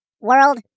world